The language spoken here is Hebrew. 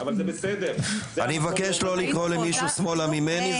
אבל זה בסדר --- אני מבקש לקרוא למישהו שמאלני ממני,